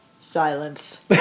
Silence